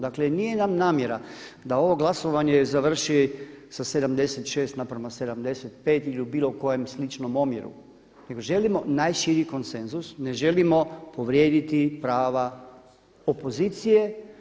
Dakle nije nam namjera da ovo glasovanje završi sa 76:75 ili u bilo kojem sličnom omjeru nego želimo najširi konsenzus, ne želimo povrijediti prava opozicije.